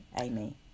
Amy